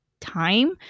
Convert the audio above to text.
time